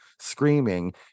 screaming